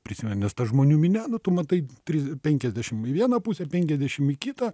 prisimini ne ta žmonių minia tu matai tris penkiasdešim į vieną pusę penkiasdešim į kitą